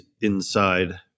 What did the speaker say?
inside